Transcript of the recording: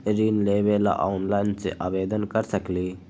ऋण लेवे ला ऑनलाइन से आवेदन कर सकली?